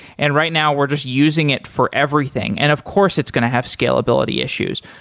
and right now we're just using it for everything, and of course it's going to have scalability issues.